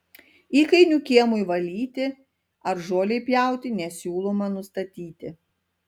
įkainių kiemui valyti ar žolei pjauti nesiūloma nustatyti